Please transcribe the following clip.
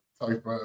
type